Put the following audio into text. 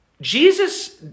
Jesus